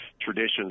traditions